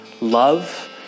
love